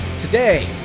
Today